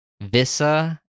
Visa